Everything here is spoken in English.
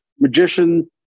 magician